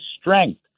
strength